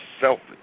selfish